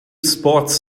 sports